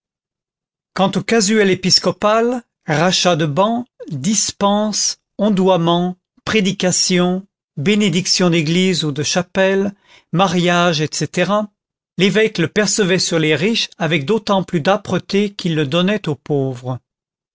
quant au casuel épiscopal rachats de bans dispenses ondoiements prédications bénédictions d'églises ou de chapelles mariages etc l'évêque le percevait sur les riches avec d'autant plus d'âpreté qu'il le donnait aux pauvres